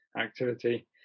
activity